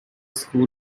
school